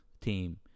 team